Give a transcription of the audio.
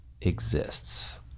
exists